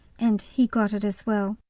and he got it as well.